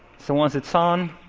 so once it's on,